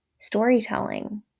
storytelling